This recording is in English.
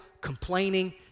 complaining